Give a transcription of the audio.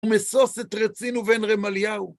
ומשוש את רצין ובן רמליהו